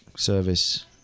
Service